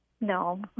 No